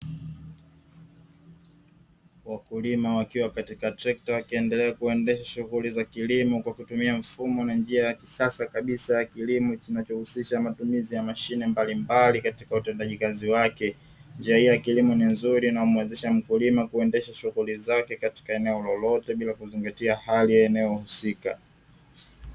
Wakulima wakiwa katika trekta wakiendelea kuendesha shughuli za kilimo kwa kutumia mfumo na njia ya kisasa kabisa ya kilimo, kinachohusisha matumizi ya mashine mbalimbali katika utendaji kazi wake. Njia hii ya kilimo ni nzuri na humuwezesha mkulima kuendesha shughuli zake katika eneo lolote bila kuzingatia hali ya eneo husika.